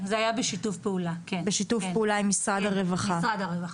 כן, זה היה בשיתוף פעולה עם משרד הרווחה.